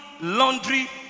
laundry